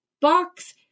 box